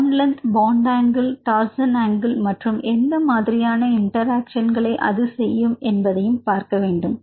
bond length bond angle torsion angle மற்றும் எந்த மாதிரியான இன்டராக்சன்களை அது செய்யும் என்பதையும் பார்க்க வேண்டும்